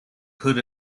put